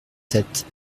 sept